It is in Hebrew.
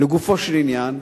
לגופו של עניין,